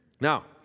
Now